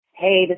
Hey